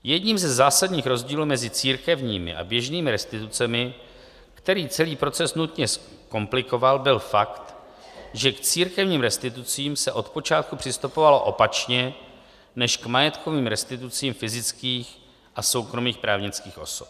Jedním ze zásadních rozdílů mezi církevními a běžnými restitucemi, který celý proces nutně zkomplikoval, byl fakt, že k církevním restitucím se odpočátku přistupovalo opačně než k majetkovým restitucím fyzických a soukromých právnických osob.